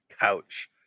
couch